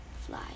fly